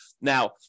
Now